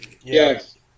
Yes